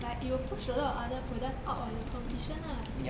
like it will push a lot of products out of the competition lah